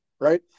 right